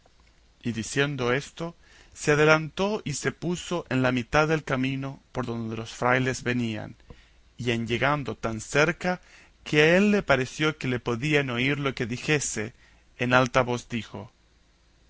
y diciendo esto se adelantó y se puso en la mitad del camino por donde los frailes venían y en llegando tan cerca que a él le pareció que le podrían oír lo que dijese en alta voz dijo